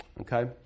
Okay